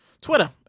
Twitter